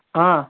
آ